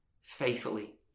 faithfully